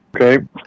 Okay